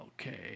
Okay